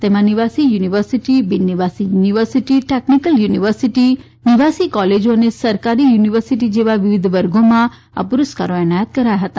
તેમાં નિવાસી યુનિવર્સીટી બીન નિવાસી યુનીવર્સીટી ટેકનીકલ યુનિવર્સીટી નિવાસી કોલેજો અને સરકારી યુનિવર્સીટી જેવા વિવિધ વર્ગોમાં આ પુરસ્કારો એનાયત કરાયા હતા